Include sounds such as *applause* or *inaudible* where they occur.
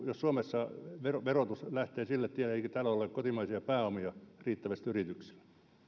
*unintelligible* jos suomessa verotus lähtee sille tielle eikä täällä ole kotimaisia pääomia riittävästi yrityksille